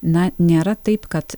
na nėra taip kad